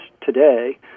today